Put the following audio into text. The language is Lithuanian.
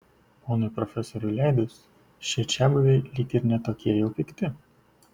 ponui profesoriui leidus šie čiabuviai lyg ir ne tokie jau pikti